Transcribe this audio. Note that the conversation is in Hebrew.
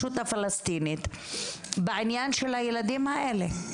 הרשות הפלסטינית בעניין הילדים האלה.